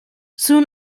soon